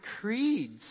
creeds